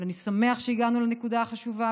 אבל אני שמח שהגענו לנקודה החשובה,